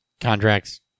contracts